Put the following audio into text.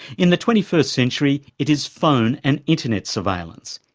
in the twenty first century it is phone and internet surveillance.